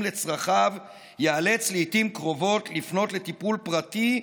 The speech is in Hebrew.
לצרכיו ייאלץ לעיתים קרובות לפנות לטיפול פרטי,